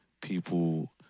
people